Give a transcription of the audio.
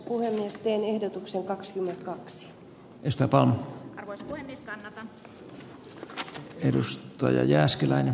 pyydän että rekisteröitymättä jääneet äänet merkitään jaa ääniksi